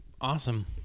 awesome